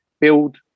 build